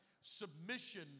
Submission